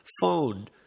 phone